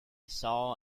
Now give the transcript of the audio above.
saw